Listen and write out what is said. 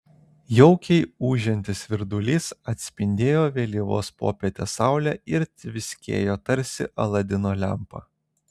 jaukiai ūžiantis virdulys atspindėjo vėlyvos popietės saulę ir tviskėjo tarsi aladino lempa